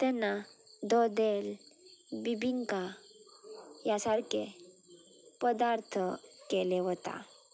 तेन्ना दोदेल बिबिंका ह्या सारके पदार्थ केले वता